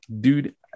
dude